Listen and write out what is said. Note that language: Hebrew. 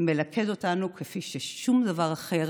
מלכד אותנו כפי ששום דבר אחר